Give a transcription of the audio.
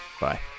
Bye